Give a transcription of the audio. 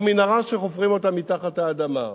זו מנהרה שחופרים אותה מתחת האדמה.